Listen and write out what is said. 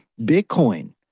Bitcoin